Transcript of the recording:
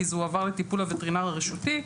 כי זה הועבר לטיפול הווטרינר הרשותי.